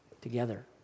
together